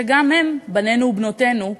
שגם הם בנינו ובנותינו,